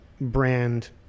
brand